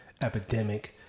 epidemic